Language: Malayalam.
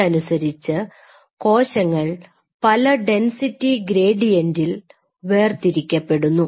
ഇതനുസരിച്ച് കോശങ്ങൾ പല ഡെൻസിറ്റി ഗ്രേഡിയന്റിൽ വേർതിരിക്കപ്പെടുന്നു